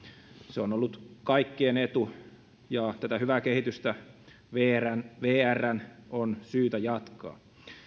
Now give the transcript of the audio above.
se on ollut kaikkien etu ja tätä hyvää kehitystä vrn vrn on syytä jatkaa